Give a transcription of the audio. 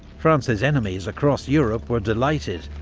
france's enemies across europe were delighted,